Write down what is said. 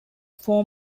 form